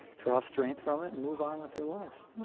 draw strength from it, and move on with their lives hmm.